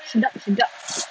sedap sedap